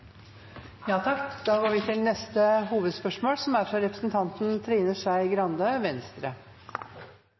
går til neste hovedspørsmål – fra representanten Trine Skei Grande.